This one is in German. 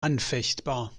anfechtbar